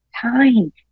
time